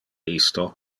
isto